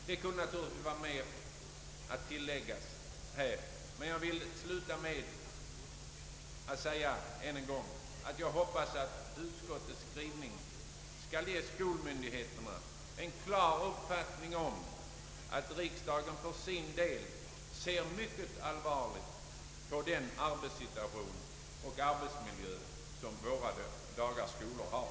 Det kunde vara mera att tillägga i denna fråga, men jag vill sluta med att än en gång säga att jag hoppas att utskottets skrivning skall ge skolmyndigheterna en klar uppfattning om att riksdagen för sin del ser mycket allvarligt på den arbetssituation och den arbetsmiljö som våra dagars skolor har.